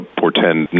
portend